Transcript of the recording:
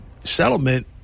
settlement